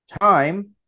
time